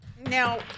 now